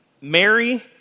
Mary